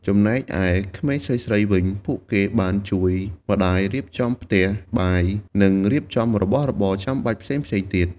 ចំណែកឯក្មេងស្រីៗវិញ ពួកគេបានជួយម្តាយរៀបចំផ្ទះបាយ និងរៀបចំរបស់របរចាំបាច់ផ្សេងៗទៀត។